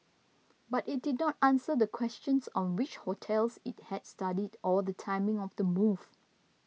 but it did not answer the questions on which hotels it had studied or the timing of the move